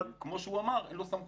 אבל, כמו שהוא אומר, אין לו סמכויות.